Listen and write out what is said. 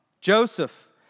Joseph